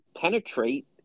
penetrate